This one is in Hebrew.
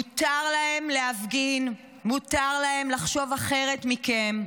מותר להם להפגין, מותר להם לחשוב אחרת מכם.